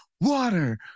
water